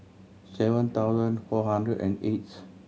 seven thousand four hundred and eighth